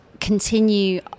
continue